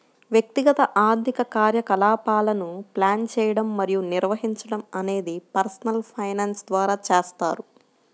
వ్యక్తిగత ఆర్థిక కార్యకలాపాలను ప్లాన్ చేయడం మరియు నిర్వహించడం అనేది పర్సనల్ ఫైనాన్స్ ద్వారా చేస్తారు